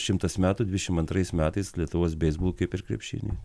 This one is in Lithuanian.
šimtas metų dvidešim antrais metais lietuvos beisbolui kaip ir krepšiniui